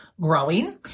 growing